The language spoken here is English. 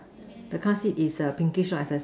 the car sheet is pinky so as the other side